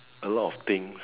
a lot of things